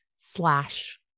slash